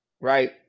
Right